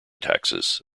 taxes